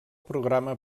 programa